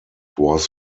was